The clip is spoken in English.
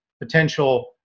potential